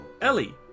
Ellie